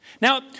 Now